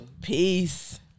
Peace